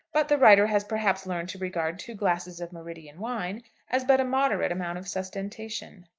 but the writer has perhaps learned to regard two glasses of meridian wine as but a moderate amount of sustentation.